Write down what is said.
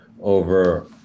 over